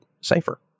safer